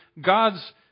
God's